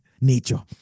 nature